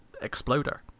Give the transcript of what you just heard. exploder